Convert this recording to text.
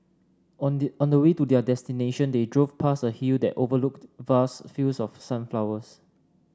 on the on the way to their destination they drove past a hill that overlooked vast fields of sunflowers